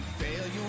failure